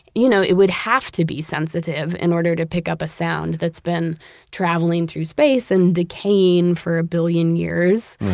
you know it would have to be sensitive sensitive in order to pick up a sound that's been traveling through space and decaying for a billion years.